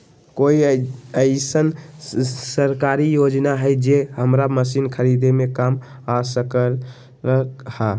कोइ अईसन सरकारी योजना हई जे हमरा मशीन खरीदे में काम आ सकलक ह?